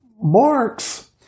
Marx